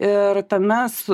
ir mes